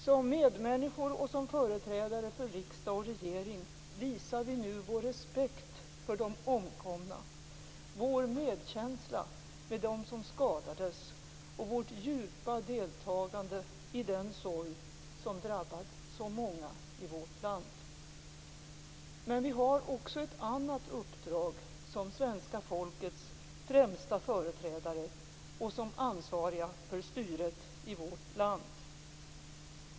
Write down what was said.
Som medmänniskor och som företrädare för riksdag och regering visar vi nu vår respekt för de omkomna, vår medkänsla med dem som skadades och vårt djupa deltagande i den sorg som drabbat så många i vårt land. Men vi har också ett annat uppdrag som svenska folkets främsta företrädare och som ansvariga för styret av vårt land.